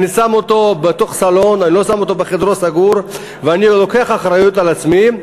כי הוא שם אותו בסלון ולא בחדר סגור ושהוא לוקח אחריות על עצמו,